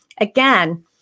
again